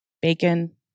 bacon